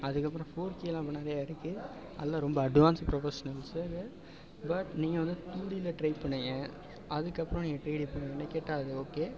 அதுக்கப்புறம் four K எல்லாம் நிறைய இருக்குது அதெல்லாம் ரொம்ப அட்வான்ஸு ப்ரொபொஷனல்ஸு அது பட் நீங்கள் வந்து டூ டியில் ட்ரை பண்ணுங்கள் அதுக்கப்புறம் நீங்கள் த்ரீ டி என்னை கேட்டால் அது ஓகே